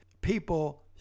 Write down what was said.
people